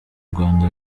rwanda